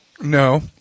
No